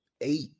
eight